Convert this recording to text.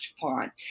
font